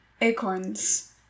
acorns